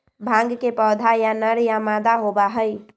भांग के पौधा या नर या मादा होबा हई